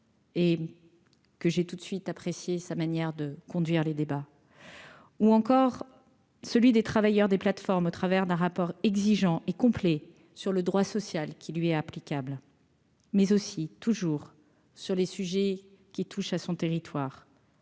et que j'ai tout de suite apprécié sa manière de conduire les débats, ou encore celui des travailleurs des plateformes au travers d'un rapport exigeant et complet sur le droit social qui lui est applicable, mais aussi, toujours sur les sujets qui touchent à son territoire.